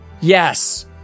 Yes